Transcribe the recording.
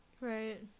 Right